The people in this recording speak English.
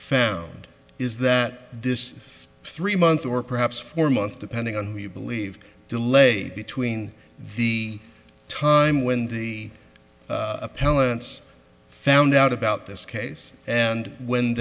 found is that this is three months or perhaps four months depending on who you believe delay between the time when the appellants found out about this case and when